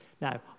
Now